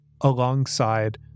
alongside